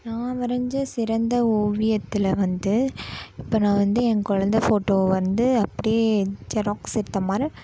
நான் வரைந்த சிறந்த ஓவியத்தில் வந்து இப்போ நான் வந்து என் குழந்த ஃபோட்டோ வந்து அப்படியே ஜெராக்ஸ் எடுத்த மாதிரி